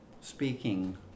speaking